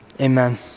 Amen